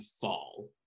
fall